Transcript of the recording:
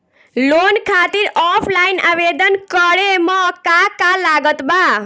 Loan खातिर offline आवेदन करे म का का लागत बा?